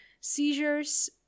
seizures